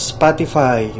Spotify